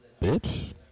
Bitch